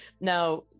Now